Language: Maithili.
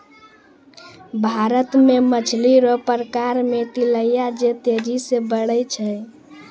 भारत मे मछली रो प्रकार मे तिलैया जे तेजी से बड़ै छै